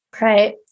Right